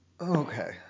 Okay